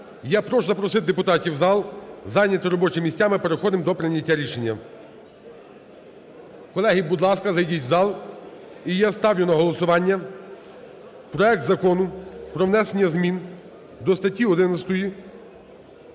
Я прошу запросити депутатів в зал, зайняти робочі місця. Ми переходимо до прийняття рішення. Колеги, будь ласка, зайдіть у зал. І я ставлю на голосування проект Закону про внесення змін до статті 11